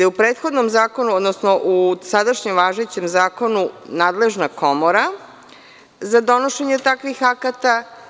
U prethodnom zakonu, odnosno sadašnjem važećem zakonu je nadležna komora za donošenje takvih akata.